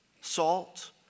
Salt